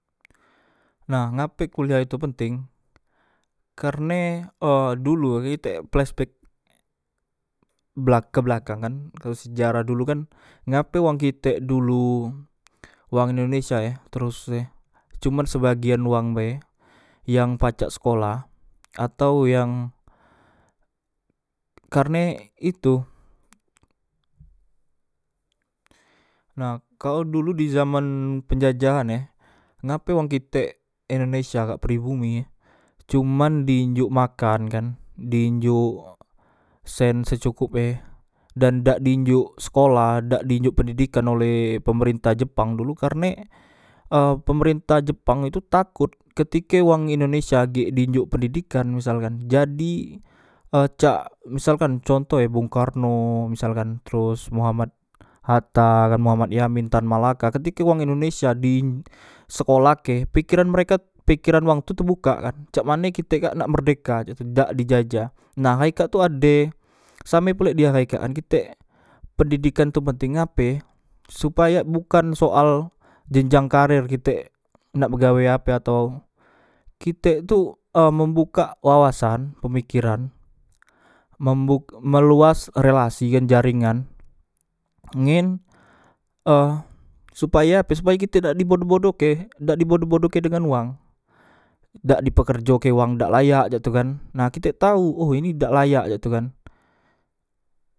Nah ngape kuliah itu penteng karne e dulu e plesbek bek kebelakangkan atau sejarah dulu kan ngapek wong kitek dulu wang indonesia e terus e cuman sebagian wang bae yang pacak sekolah atau yang karne itu nah kalo dulu dizaman e penjajahan e ngape wong kitek indonesia kak pribumi e cuman dinjok makan kan dinjok sen secukupe dan dak dinjok sekolah dak dinjok pendidikan oleh pemerintah jepang dulu karne e pemerintah jepang itu takot ketike wang indonesia dinjok pendidikan misalkan jadi e cak misalkan contohe bung karno misalkan teros muhammad hatta muhammad yamin tan malaka ketike wong indonesia dinj disekolahke pikiran merek pikiran wang tu tebukakkan cak mane kite kak nak merdeka cak tu dak dijajah nah ikak tu ade same pulek di ahay kak kan kitek pendidikan tu penting ngape supayak bukan soal jenjang karir kitek nak begawe ape atau kitek tu e membukak wawasan pemikiran meluas relasi kan jaringan ngen e supaya ape supaya kite dak di bodo bodoke dak di bodo bodoke dengan wang dak diperkejokke wang dengan dak layak cak tu kan nak kitek tau oh ini dak layak cak tu kan